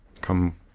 Come